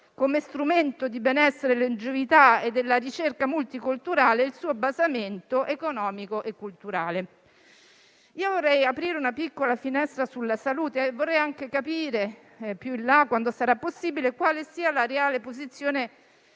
come strumento di benessere e longevità e della ricerca multiculturale il suo basamento economico e culturale. Vorrei aprire una piccola finestra sulla salute e vorrei anche capire più in là, quando sarà possibile, quale sia la reale posizione